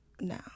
No